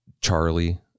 Charlie